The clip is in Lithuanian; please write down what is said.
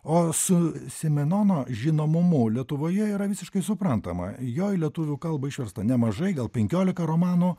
o su simenono žinomumu lietuvoje yra visiškai suprantama jo lietuvių kalbą išversta nemažai gal penkiolika romanų